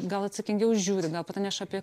gal atsakingiau žiūri gal praneš apie